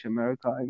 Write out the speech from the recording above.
America